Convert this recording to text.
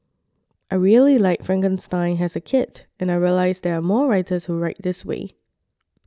I really liked Frankenstein as a kid and I realised there are more writers who write this way